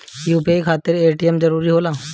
UPI खातिर ATM जरूरी होला?